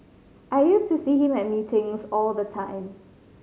I used to see him at meetings all the time